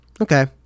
Okay